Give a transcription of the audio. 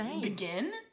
begin